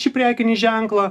šį prekinį ženklą